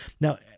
Now